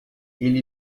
ele